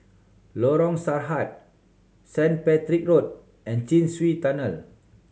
Lorong Sarhad Saint Patrick Road and Chin Swee Tunnel